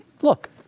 look